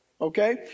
okay